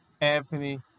Anthony